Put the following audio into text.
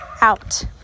out